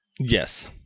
Yes